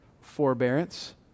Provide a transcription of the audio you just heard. forbearance